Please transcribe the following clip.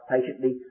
patiently